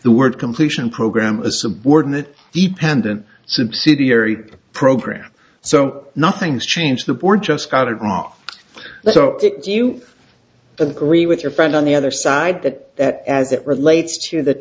the work completion program a subordinate the pendant subsidiary program so nothing's changed the board just got it wrong so do you agree with your friend on the other side that as it relates to th